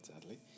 sadly